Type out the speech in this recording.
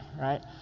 right